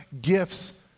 gifts